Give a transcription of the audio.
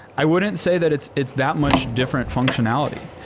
i wouldn't say that it's it's that much different functionality.